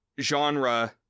genre